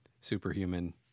superhuman